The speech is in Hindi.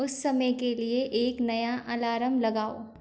उस समय के लिए एक नया अलारम लगाओ